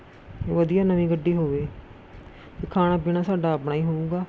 ਵਧੀਆ ਨਵੀਂ ਗੱਡੀ ਹੋਵੇ ਅਤੇ ਖਾਣਾ ਪੀਣਾ ਸਾਡਾ ਆਪਣਾ ਹੀ ਹੋਵੇਗਾ